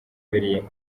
rev